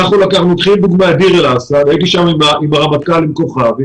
הייתי בביר אל אסד עם הרמטכ"ל כוכבי,